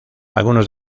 algunos